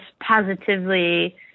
positively